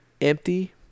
empty